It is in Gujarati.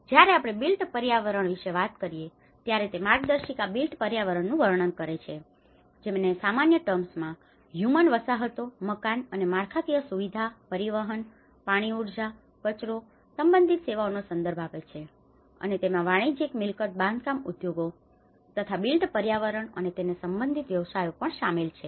જ્યારે આપણે બિલ્ટ પર્યાવરણ વિશે વાત કરીએ છીએ ત્યારે તે માર્ગદર્શિકા બિલ્ટ પર્યાવરણનું વર્ણન કરે છે જેને સામાન્ય ટર્મ્સમાં terms ભાષામાં હ્યૂમન human માનવ વસાહતો મકાન અને માળખાકીય સુવિધા પરિવહન પાણીઊર્જા કચરો અને સંબંધિત સેવાઓનો સંદર્ભ આપે છે અને તેમાં વાણિજ્યિક મિલકત બાંધકામ ઉદ્યોગો તથા બિલ્ટ પર્યાવરણ અને તેને સંબંધિત વ્યવસાયો પણ શામેલ છે